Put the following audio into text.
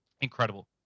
Incredible